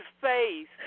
face